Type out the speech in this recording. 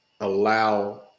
allow